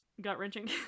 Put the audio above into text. Gut-wrenching